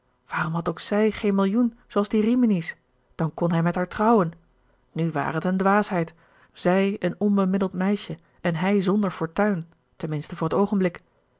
waarom had ook zij geen millioen zooals die rimini's dan kon hij met haar trouwen nu ware het eene dwaasheid zij een onbemiddeld meisje gerard keller het testament van mevrouw de tonnette en hij zonder fortuin ten minste voor het oogenblik